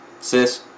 sis